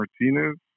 Martinez